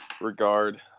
regard